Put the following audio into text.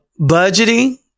budgeting